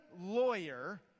lawyer